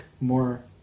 more